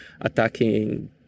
attacking